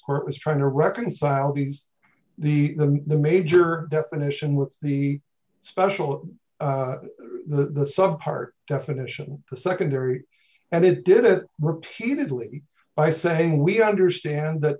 court was trying to reconcile because the the major definition with the special the some part definition the secondary and it did it repeatedly by saying we understand that